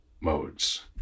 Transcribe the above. modes